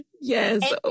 yes